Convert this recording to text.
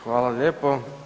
Hvala lijepo.